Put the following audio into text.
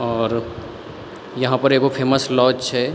आओर यहाँपर एगो फेमस लॉज छै